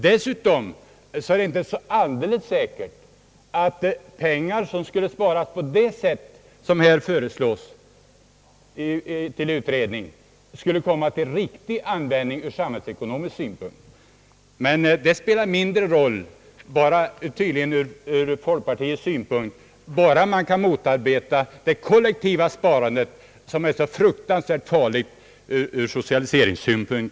Dessutom är det inte så alldeles säkert att pengar, som sSparades på det sätt man här önskar utreda, skulle komma till en samhällsekonomiskt riktig användning. Men det spelar tydligen mindre roll ur folkpartiets synpunkt, bara man kan motarbeta det kollektiva sparandet, som enligt herr Dahlén är så fruktansvärt farligt ur socialiseringssynpunkt.